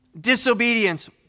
disobedience